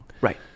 Right